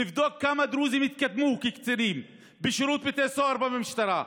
תבדוק כמה דרוזים התקדמו כקצינים בשירות בתי הסוהר ובמשטרה,